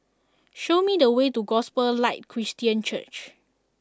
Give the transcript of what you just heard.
show me the way to Gospel Light Christian Church